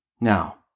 Now